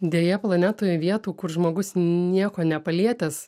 deja planetoj vietų kur žmogus nieko nepalietęs